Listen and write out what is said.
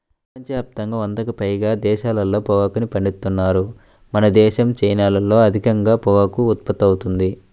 ప్రపంచ యాప్తంగా వందకి పైగా దేశాల్లో పొగాకుని పండిత్తన్నారు మనదేశం, చైనాల్లో అధికంగా పొగాకు ఉత్పత్తి అవుతుంది